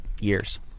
years